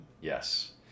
Yes